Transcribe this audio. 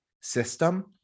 system